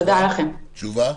תשובה.